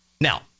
Now